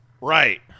Right